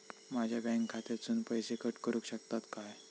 माझ्या बँक खात्यासून पैसे कट करुक शकतात काय?